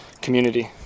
community